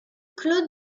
claude